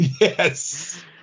Yes